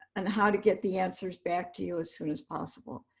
and how to get the answers back to you as soon as possible.